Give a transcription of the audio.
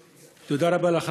תודה רבה לך,